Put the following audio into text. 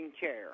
chair